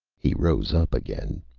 he rose up again.